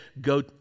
go